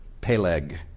Peleg